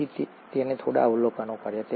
તેથી તેણે થોડા અવલોકનો કર્યા